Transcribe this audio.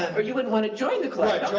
it? or, you wouldn't wanna join the club.